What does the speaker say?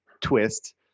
twist